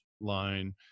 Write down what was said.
line